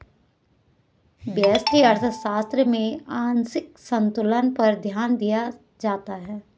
व्यष्टि अर्थशास्त्र में आंशिक संतुलन पर ध्यान दिया जाता है